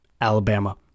Alabama